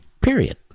Period